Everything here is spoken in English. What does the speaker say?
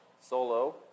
solo